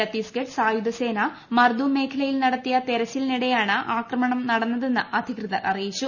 ഛത്തീസ്ഗഡ് സായുധസേന മർദൂം മേഖലയിൽ നടത്തിയ തെരച്ചിലിനിടെയാണ് ആക്രമണം നടന്നതെന്ന് അധികൃതർ അറിയിച്ചു